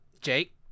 Jake